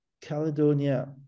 Caledonia